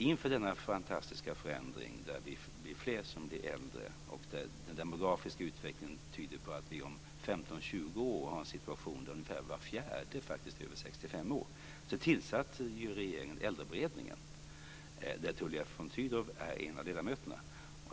Inför denna fantastiska förändring, där vi blir fler som blir äldre och där den demografiska utvecklingen tyder på att vi om 15-20 år har situationen att ungefär var fjärde faktiskt är över 65 år, tillsatte regeringen äldreberedningen, i vilken Tullia von Sydow är en av ledamöterna.